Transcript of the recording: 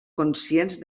conscient